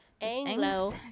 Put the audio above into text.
Anglo